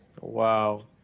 Wow